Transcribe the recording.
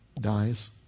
dies